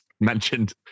mentioned